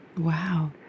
Wow